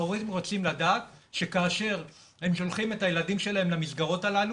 ההורים רוצים לדעת שכאשר הם שולחים את הילדים שלהם למסגרות הללו,